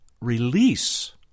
release